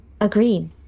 Agreed